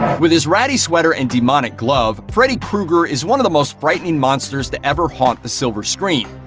with his ratty sweater and demonic glove, freddy krueger is one of the most frightening monsters to ever haunt the silver screen.